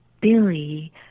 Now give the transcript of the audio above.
Billy